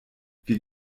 wir